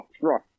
right